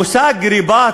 המושג "רבאט'"